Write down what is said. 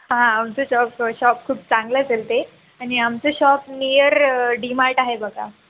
हां आमचं शॉप क शॉप खूप चांगलं चालते आणि आमचं शॉप नियर डीमार्ट आहे बघा